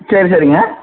சரி சரிங்க